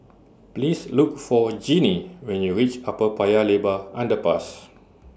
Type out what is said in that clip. Please Look For Jeannie when YOU REACH Upper Paya Lebar Underpass